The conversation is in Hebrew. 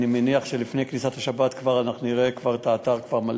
אני מניח שכבר לפני כניסת השבת נראה את האתר מלא,